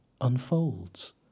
unfolds